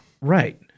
Right